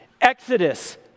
Exodus